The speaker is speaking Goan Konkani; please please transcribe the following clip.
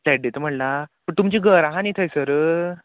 फ्लेट दिता म्हणला तुमचें घर आहा न्ही थंयसर